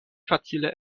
facile